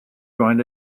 going